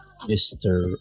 mr